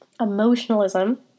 emotionalism